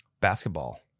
Basketball